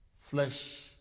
flesh